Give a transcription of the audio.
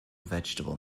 vegetable